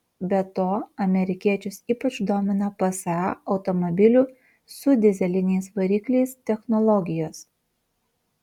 be to amerikiečius ypač domina psa automobilių su dyzeliniais varikliais technologijos